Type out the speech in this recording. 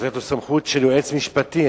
לתת לו סמכות של יועץ משפטי.